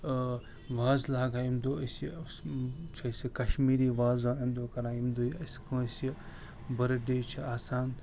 آ وازٕ لاگان امہِ دۄہ کشمیٖری وازا امہِ دۄہ کران ییٚمہِ دۄہ یہ اسہِ کٲنسہِ برٕڈے چھُ آسان